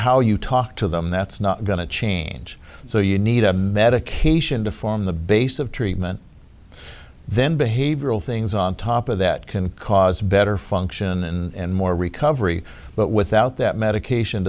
how you talk to them that's not going to change so you need a medication to form the basis of treatment then behavioral things on top of that can cause better function and more recovery but without that medication